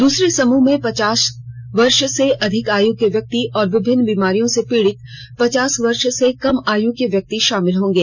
दूसरे समूह में पचास वर्ष से अधिक आयु के व्यक्ति और विभिन्न बीमारियों से पीडित पचास वर्ष से कम आयु के व्यक्ति शामिल होंगे